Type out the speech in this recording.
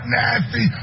nasty